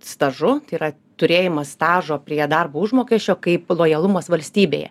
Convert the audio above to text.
stažu tai yra turėjimas stažo prie darbo užmokesčio kaip lojalumas valstybėje